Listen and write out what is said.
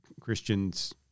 christians